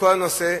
לכל הנושא,